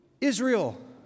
Israel